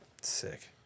sick